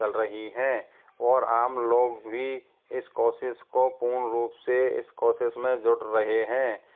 चल रही है और आम लोग भी इस कोशिश को पूर्ण रूप से इस कोशिश में जुड़ रहे हैं